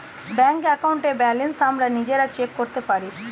bank অ্যাকাউন্টের balance আমরা নিজেরা চেক করতে পারি